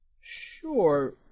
Sure